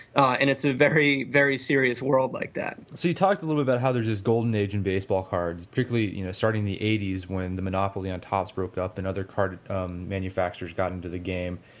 and it's a very, very serious world like that so you talked little about how there's this golden age in baseball cards, particularly you know starting in the eighty s when the monopoly on topps broke up and other card um manufactures got into the game,